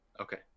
okay